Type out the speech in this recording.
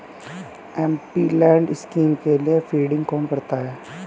MPLAD scheme के लिए funding कौन करता है?